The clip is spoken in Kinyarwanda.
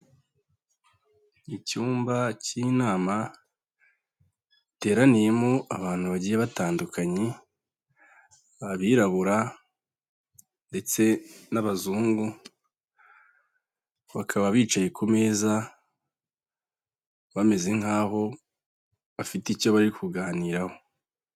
Icyumba cy'inama, giteraniyemo abantu bagiye batandukanye, abirabura ndetse n'abazungu, bakaba bicaye ku meza, bameze nk'aho bafite icyo bari kuganiraho.